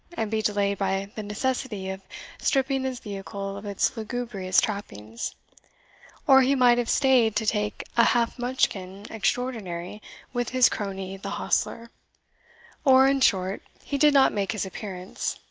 and be delayed by the necessity of stripping his vehicle of its lugubrious trappings or he might have staid to take a half-mutchkin extraordinary with his crony the hostler or in short, he did not make his appearance.